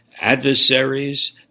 adversaries